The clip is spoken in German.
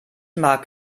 mag